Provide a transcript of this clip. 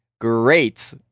Great